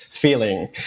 feeling